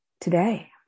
today